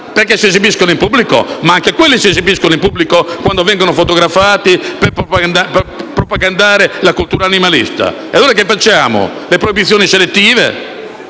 Perché si esibiscono in pubblico? Ma anche quelli si esibiscono in pubblico quando vengono fotografati per propagandare la cultura animalista. E allora che facciamo? Facciamo le proibizioni selettive?